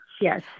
Yes